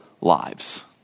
lives